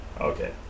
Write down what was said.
Okay